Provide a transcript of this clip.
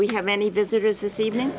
we have many visitors this evening